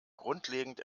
grundlegend